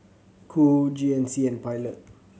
Qoo G N C and Pilot